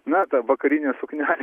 na ta vakarinė suknelė